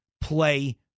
play